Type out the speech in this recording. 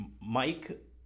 Mike